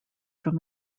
from